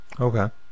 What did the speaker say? okay